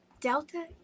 delta